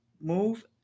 move